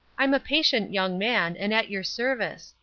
i'm a patient young man, and at your service,